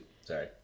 Sorry